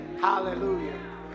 hallelujah